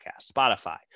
Spotify